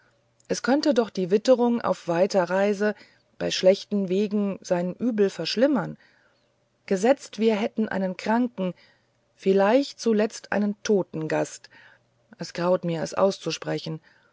es könnte doch die witterung auf weiter reise bei schlechten wegen sein übel verschlimmern gesetzt wir hätten einen kranken vielleicht zuletzt einen toten gast es graut mir es auszusprechen